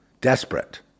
desperate